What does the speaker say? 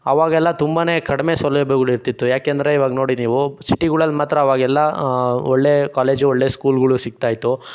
ಆವಾಗೆಲ್ಲ ತುಂಬನೇ ಕಡಿಮೆ ಸೌಲಭ್ಯಗಳಿರ್ತಿತ್ತು ಯಾಕೆಂದರೆ ಈವಾಗ ನೋಡಿ ನೀವು ಸಿಟಿಗಳಲ್ಲಿ ಮಾತ್ರ ಆವಾಗೆಲ್ಲ ಒಳ್ಳೆ ಕಾಲೇಜು ಒಳ್ಳೆ ಸ್ಕೂಲ್ಗಳು ಸಿಕ್ತಾಯಿತ್ತು